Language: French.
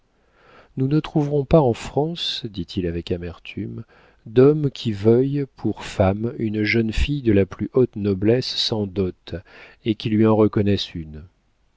nous ne trouverons pas en france dit-il avec amertume d'homme qui veuille pour femme une jeune fille de la plus haute noblesse sans dot et qui lui en reconnaisse une